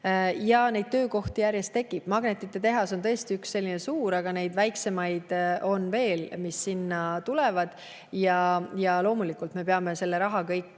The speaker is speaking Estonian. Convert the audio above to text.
Ja neid töökohti järjest tekib. Magnetitehas on tõesti üks selline suur, aga neid väiksemaid on veel, mis sinna tulevad. Ja loomulikult, me peame selle raha kõik